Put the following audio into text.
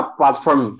platform